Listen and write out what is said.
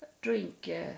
drink